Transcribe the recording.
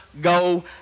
go